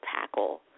tackle